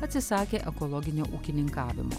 atsisakė ekologinio ūkininkavimo